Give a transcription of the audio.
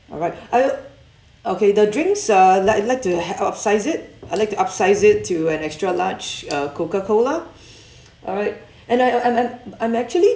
alright uh okay the drinks uh like like to ha~ upsize it I'd like to upsize it to an extra large uh coca cola alright and I and I I'm actually